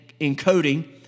encoding